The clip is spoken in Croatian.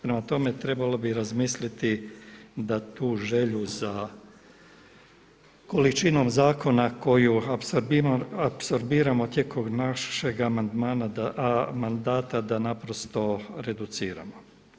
Prema tome, trebalo bi razmisliti da tu želju za količinom zakona koju apsorbiramo tijekom našeg mandata da naprosto reduciramo.